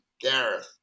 Gareth